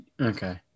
okay